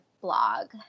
blog